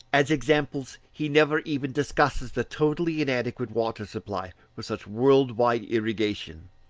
as examples, he never even discusses the totally inadequate water-supply for such worldwide irrigation,